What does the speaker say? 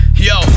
yo